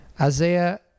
Isaiah